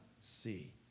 see